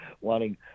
wanting